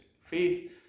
faith